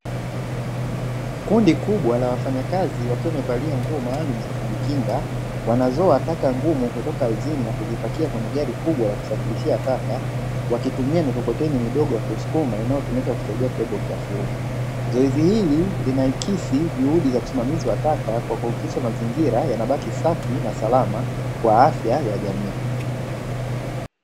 Kundi kubwa la wafanyakazi wakiwa wamevalia nguo maalumu za kujikinga wanazooa tata ngumu kutoka kujipakia kwenye gari kubwa la kusafirishia taka wakitumia mikokoteni midogo ya kusukuma inayotumika kusaidia kuepuka uchafu huo. Zoezi hili linaakisi juhudi za kusimamishwa taka kwa kuhakikisha mazingira yanabaki safi na salama kwa afya ya jamii.